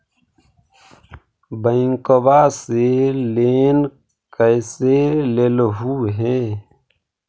बैंकवा से लेन कैसे लेलहू हे?